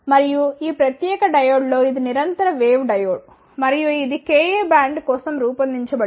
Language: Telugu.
మరియు ఈ ప్రత్యేక డయోడ్ లో ఇది నిరంతర వేవ్ డయోడ్ మరియు ఇది Ka బ్యాండ్ కోసం రూపొందించబడింది